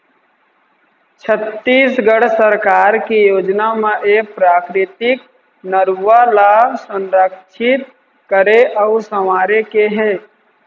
छत्तीसगढ़ सरकार के योजना म ए प्राकृतिक नरूवा ल संरक्छित करे अउ संवारे के हे